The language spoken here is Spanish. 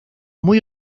muy